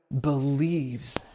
believes